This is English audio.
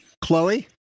Chloe